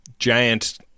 giant